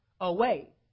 away